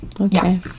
Okay